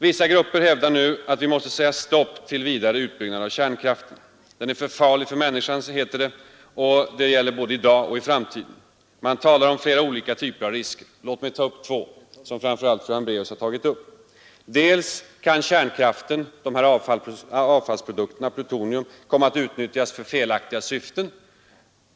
Vissa grupper hävdar nu att vi måste säga stopp till vidare utbyggnad av kärnkraften. Den är för farlig för människan, heter det, både i dag och i framtiden. Man talar om flera olika typer av risker. Låt mig ta upp två, som framför allt fru Hambraeus pekat på. Det gäller för det första att kärnkraftproduktionens avfallsprodukter, främst plutonium, kan komma att utnyttjas för felaktiga syften.